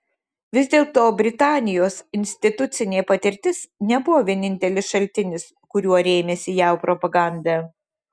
vis dėlto britanijos institucinė patirtis nebuvo vienintelis šaltinis kuriuo rėmėsi jav propaganda